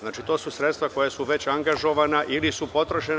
Znači, to su sredstva koja su već angažovana ili su potrošena.